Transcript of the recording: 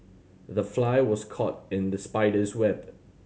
the fly was caught in the spider's web